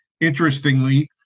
Interestingly